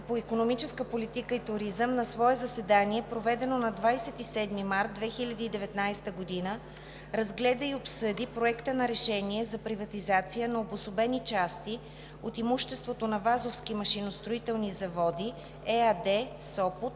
по икономическа политика и туризъм на свое заседание, проведено на 27 март 2019 г., разгледа и обсъди Проекта на решение за приватизация на обособени части от имуществото на „Вазовски машиностроителни заводи“ ЕАД –